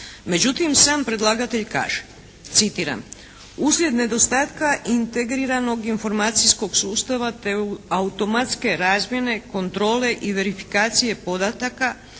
Međutim, sam predlagatelj kaže, citiram: "Uslijed nedostatka integriranog informacijskog sustava te automatske razmjene kontrole i verifikacije podataka